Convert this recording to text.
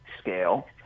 scale